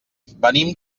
venim